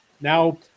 Now